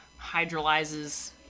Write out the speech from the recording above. hydrolyzes